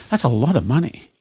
that's a lot of money.